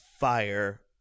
Fire